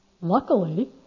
luckily